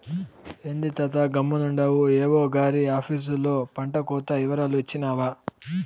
ఏంది తాతా గమ్మునుండావు ఏవో గారి ఆపీసులో పంటకోత ఇవరాలు ఇచ్చినావా